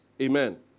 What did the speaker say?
Amen